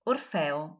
Orfeo